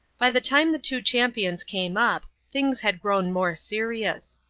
by the time the two champions came up, things had grown more serious.